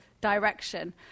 direction